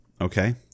Okay